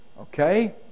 Okay